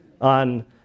on